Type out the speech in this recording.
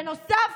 ונוסף,